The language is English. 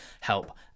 help